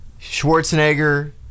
Schwarzenegger